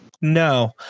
no